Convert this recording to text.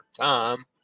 time